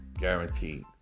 guaranteed